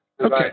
Okay